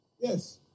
Yes